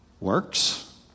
works